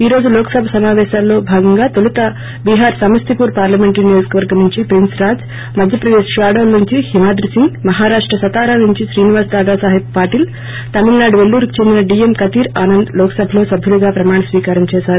ఈ రోజు లోక్ సభ సమాపేశాలలో భాగంగా తొలుత బీహార్ సమస్తిపూర్ పార్లమెంటరీ నియోజకవర్గం నుండి ప్రిన్స్ రాజ్ మధ్యప్రదేశ్ షాడోల్ నుండి హిమాద్రి సింగ్ మహారాష్ట సతారా నుండి శ్రీనివాస్ దాదాసాహెట్ పాటిల్ తమిళనాడు పెల్లూరుకు చెందిన డిఎం కతీర్ ఆనంద్ లోక్సభలో సభ్యులుగా ప్రమాణ స్వీకారం చేశారు